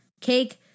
cake